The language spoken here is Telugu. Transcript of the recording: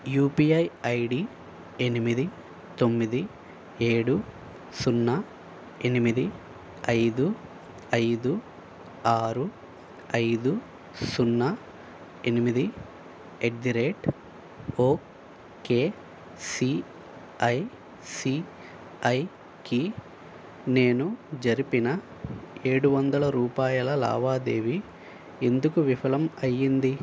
యూపీఐ ఐడి ఎనిమిది తొమ్మిది ఏడు సున్నా ఎనిమిది ఐదు ఐదు ఆరు ఐదు సున్నా ఎనిమిది ఎట్ ది రేట్ ఓకే సిఐసిఐకి నేను జరిపిన ఏడు వందలు రూపాయల లావాదేవీ ఎందుకు విఫలం అయింది